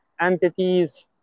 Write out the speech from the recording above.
entities